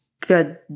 good